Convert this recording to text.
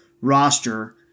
roster